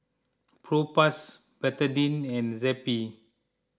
Propass Betadine and Zappy